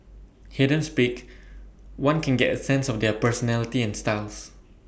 hear them speak one can get A sense of their personality and styles